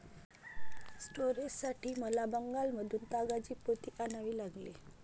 स्टोरेजसाठी मला बंगालमधून तागाची पोती आणावी लागली